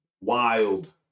Wild